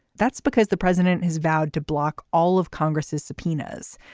that's because the president has vowed to block all of congress's subpoenas.